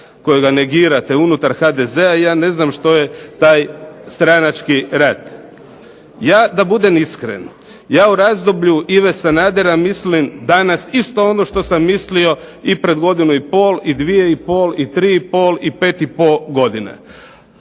kojega negirate unutar HDZ-a ja ne znam što je taj stranački rat. Ja, da budem iskren, ja o razdoblju Ive Sanadera mislim danas isto ono što sam mislio i pred godinu i pol i 2,5 i 3,5 i 5,5 godina.